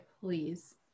please